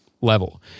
level